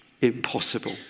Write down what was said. impossible